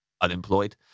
unemployed